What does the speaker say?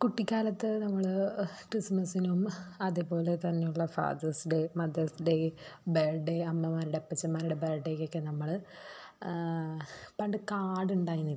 കുട്ടിക്കാലത്തു നമ്മൾ ക്രിസ്മസിനും അതേപോലെ തന്നെ ഉള്ള father's day mother's day birthday അമ്മമാരുടെ അപ്പച്ചന്മാരുടെ ബേ ഡേക്കൊക്കെ നമ്മൾ പണ്ട് കാർഡുണ്ടായിരുന്നില്ല